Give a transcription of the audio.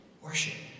Worship